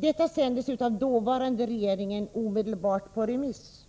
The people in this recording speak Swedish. Detta sändes av dåvarande regeringen omedelbart på remiss.